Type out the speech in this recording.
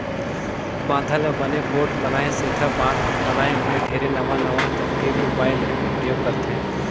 बांधा ल बने पोठ बनाए सेंथा बांध बनाए मे ढेरे नवां नवां तरकीब उपाय ले परयोग करथे